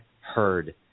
heard